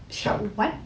shark [what]